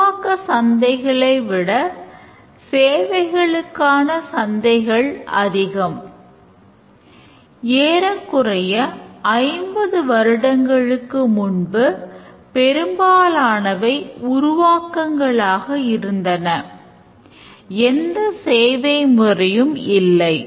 உருவாக்கங்களை விட சேவைகளே மிக அதிகம் மற்றும் உருவாக்க சந்தைகளை முறையும் இல்லை